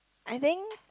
I think